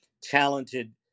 talented